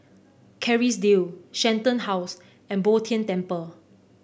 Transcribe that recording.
Kerrisdale Shenton House and Bo Tien Temple